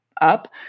up